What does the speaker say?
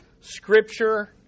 Scripture